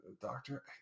doctor